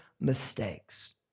mistakes